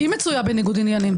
היא מצויה בניגוד עניינים.